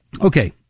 Okay